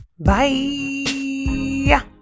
Bye